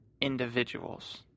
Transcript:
individuals